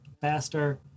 faster